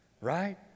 right